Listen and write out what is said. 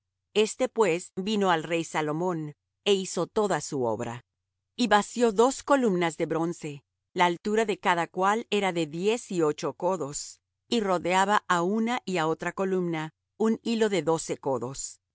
este pues vino al rey salomón é hizo toda su obra y vació dos columnas de bronce la altura de cada cual era de diez y ocho codos y rodeaba á una y á otra columna un hilo de doce codos